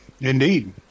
Indeed